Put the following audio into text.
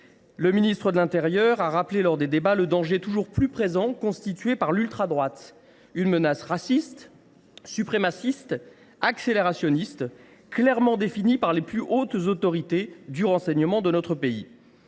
Le ministre de l’intérieur a d’ailleurs rappelé lors des débats le danger toujours plus présent que constitue l’ultradroite. Il s’agit d’une menace raciste, suprémaciste, accélérationniste, clairement identifiée par les plus hautes autorités du renseignement de notre pays.